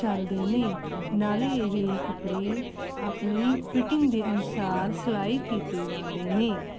ਚਲਦੇ ਨੇ ਨਾਲੇ ਇਹ ਕੱਪੜੇ ਆਪਣੀ ਫਿਟਿੰਗ ਦੇ ਅਨੁਸਾਰ ਸਿਲਾਈ ਕੀਤੇ ਜਾਂਦੇ ਨੇ